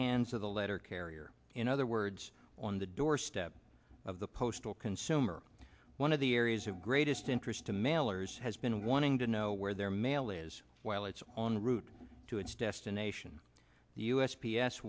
hands of the letter carrier in other words on the doorstep of the postal consumer one of the areas of greatest interest to mailers has been wanting to know where their mail is while it's on route to its destination